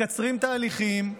מקצרים תהליכים,